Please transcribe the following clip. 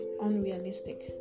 unrealistic